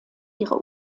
ihre